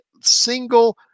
single